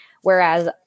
whereas